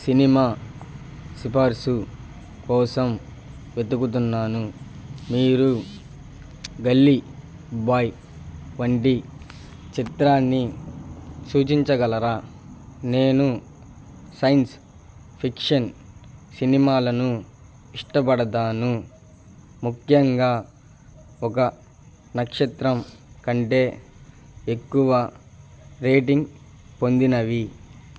cinema సిఫార్సు కోసం వెతుకుతున్నాను మీరు గల్లీ బాయ్ వంటి చిత్రాన్ని సూచించగలరా నేను సైన్స్ ఫిక్షన్ సినిమాలను ఇష్టపడతాను ముఖ్యంగా ఒక నక్షత్రం కంటే ఎక్కువ రేటింగ్ పొందినవి